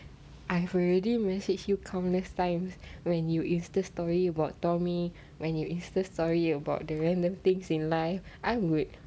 I have already message you countless times when you insta story about tommy when you insta story about the random things in life I would